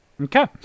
okay